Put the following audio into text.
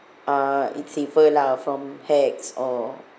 uh it's safer lah from hacks or